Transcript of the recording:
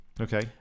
Okay